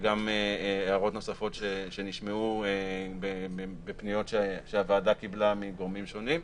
וגם הערות נוספות שנשמעו בפניות שהוועדה קיבלה מגורמים שונים.